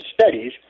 studies